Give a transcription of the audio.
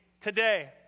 today